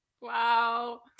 Wow